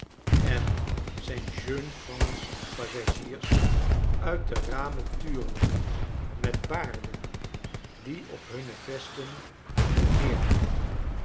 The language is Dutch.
en zijn jeune france passagiers uit de ramen turende met baarden die op hunne vesten